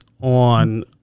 on